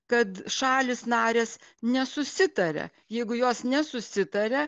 kad šalys narės nesusitaria jeigu jos nesusitaria